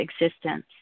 existence